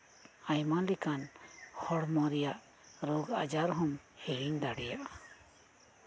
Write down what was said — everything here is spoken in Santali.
ᱟᱭᱢᱟ ᱞᱮᱠᱟᱱ ᱦᱚᱲᱢᱚ ᱨᱮᱭᱟᱜ ᱨᱳᱜᱽ ᱟᱡᱟᱨ ᱦᱚᱢ ᱦᱤᱲᱤᱧ ᱫᱟᱲᱮᱭᱟᱜᱼᱟ